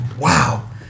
Wow